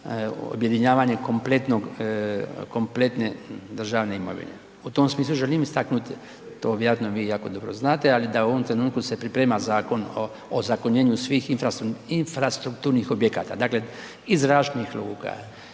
objedinjavanje kompletne državne imovine. U tom smislu želim istaknuti, to vjerojatno vi jako dobro znate, ali da u ovom trenutku se priprema Zakon o ozakonjenju svih infrastrukturnih objekata, dakle i zračnih luka